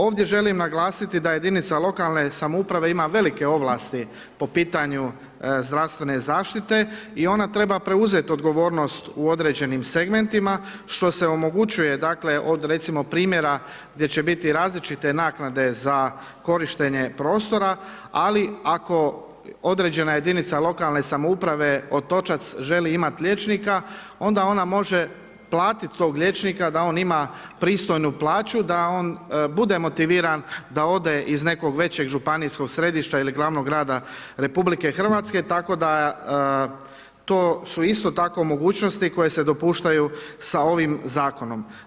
Ovdje želim naglasiti da je jedinica lokalne samouprave ima velike ovlasti po pitanju zdravstvene zaštite i ona treba preuzeti odgovornost u određenim segmentima što se omogućuje recimo od primjera gdje će biti različite naknade za korištenje prostora, ali ako određena jedinica lokalne samouprave Otočac želi imat liječnika onda ona može platit tog liječnika da on ima pristojnu plaću, da on bude motiviran da ode iz nekog većeg županijskog središta ili glavnog grada Republike Hrvatske tako da to su isto mogućnosti koje se dopuštaju sa ovim zakonom.